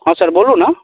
हँ सर बोलू ने